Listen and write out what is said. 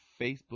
Facebook